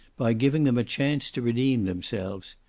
by giving them a chance to redeem themselves.